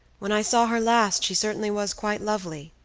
when i saw her last she certainly was quite lovely,